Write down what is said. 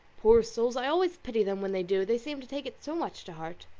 poor souls! i always pity them when they do they seem to take it so much to heart.